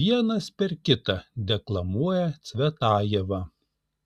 vienas per kitą deklamuoja cvetajevą